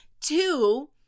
Two